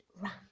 run